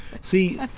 See